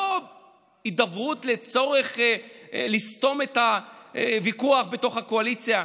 לא הידברות כדי לסתום את הוויכוח בתוך הקואליציה,